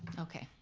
okay,